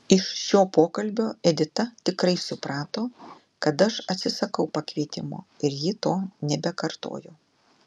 iš šio pokalbio edita tikrai suprato kad aš atsisakau pakvietimo ir ji to nebekartojo